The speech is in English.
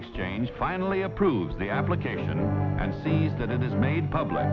exchange finally approves the application and sees that it is made public